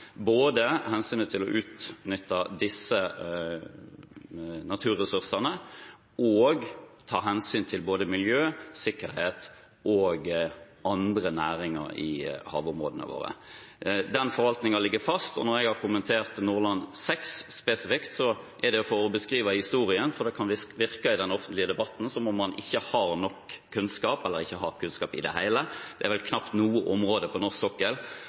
både hensynet til å utnytte disse naturressursene og hensynet til både miljø, sikkerhet og andre næringer i havområdene våre. Den forvaltningen ligger fast, og når jeg nå spesifikt har kommentert Nordland VI, er det for å beskrive historien, for det kan i den offentlige debatten virke som om man ikke har nok kunnskap, eller ikke har kunnskap i det hele. Det er vel knapt noe område på norsk sokkel